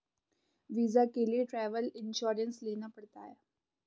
visa के लिए travel insurance लेना पड़ता है